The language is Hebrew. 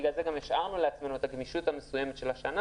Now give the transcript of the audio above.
לכן גם השארנו לעצמנו את הגמישות המסוימת של השנה